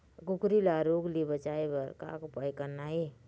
कुकरी ला रोग ले बचाए बर का उपाय करना ये?